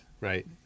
right